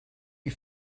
you